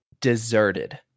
deserted